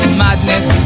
madness